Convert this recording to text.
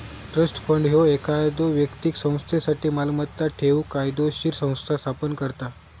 trust fund ह्यो एखाद्यो व्यक्तीक संस्थेसाठी मालमत्ता ठेवूक कायदोशीर संस्था स्थापन करता